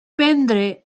prendre